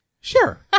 Sure